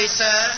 sir